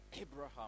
Abraham